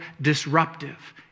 disruptive